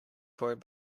court